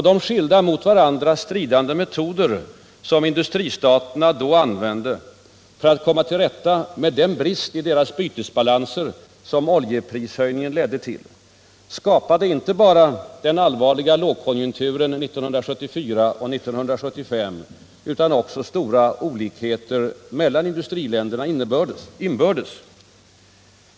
De skilda, mot varandra stridande metoder som industristaterna då använde för att komma till rätta med den brist i deras bytesbalanser som oljeprishöjningen ledde till skapade inte bara den allvarliga lågkonjunkturen 1974 och 1975 utan också stora olikheter mellan industriländerna inbördes.